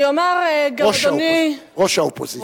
אני אומַר, גם אדוני, ראש האופוזיציה.